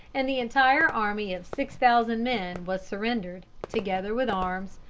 and the entire army of six thousand men was surrendered, together with arms,